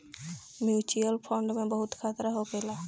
mutual fund में बहुते खतरा होखेला